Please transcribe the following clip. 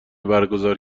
برگزار